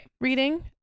reading